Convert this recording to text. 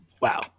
Wow